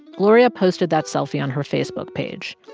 gloria posted that selfie on her facebook page.